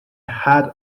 had